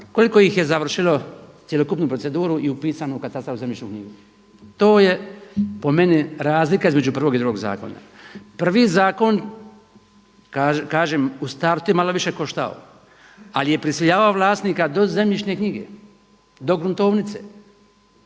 koliko ih je završilo cjelokupnu proceduru i upisano u katastar i zemljišnu knjigu. To je po meni razlika između prvog i drugog zakona. Prvi zakon kažem u startu je malo više koštao, ali je prisiljavao vlasnika do zemljišne knjige, do gruntovnice